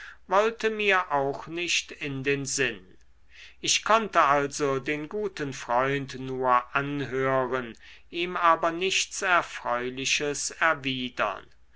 wollte mir auch nicht in den sinn ich konnte also den guten freund nur anhören ihm aber nichts erfreuliches erwidern